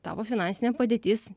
tavo finansinė padėtis